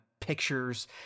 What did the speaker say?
pictures